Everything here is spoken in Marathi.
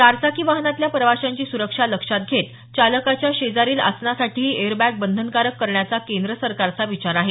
चारचाकी वाहनातल्या प्रवाशांची सुरक्षा लक्षात घेत चालकाच्या शेजारील आसनासाठीही एअरबॅग बंधनकारक करण्याचा केंद्र सरकारचा विचार आहे